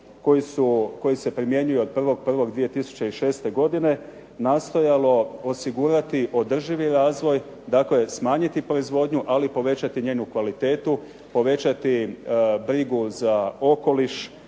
koji se primjenjuju od 1.1.2006. godine, nastojalo osigurati održivi razvoj, dakle smanjiti proizvodnju, ali povećati njenu kvalitetu, povećati brigu za okoliš,